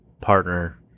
partner